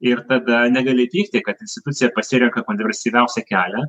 ir tada negali pykti kad institucija pasirenka konversyviausią kelią